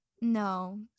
No